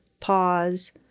pause